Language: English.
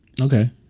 Okay